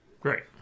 Great